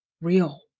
real